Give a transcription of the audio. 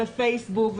פייסבוק,